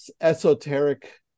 esoteric